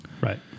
Right